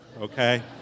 okay